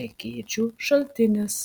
lekėčių šaltinis